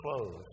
clothes